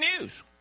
news